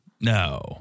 no